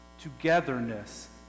togetherness